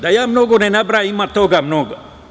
Da ja mnogo ne nabrajam, ima toga mnogo.